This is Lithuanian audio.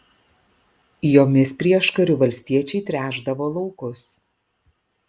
jomis prieškariu valstiečiai tręšdavo laukus